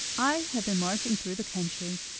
i have been marching through the country,